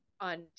on